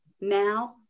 now